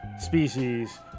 species